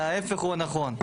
אלא ההיפך הוא הנכון.